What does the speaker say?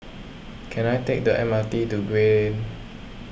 can I take the M R T to Gray